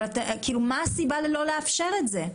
מה הסיבה לא לאפשר את זה?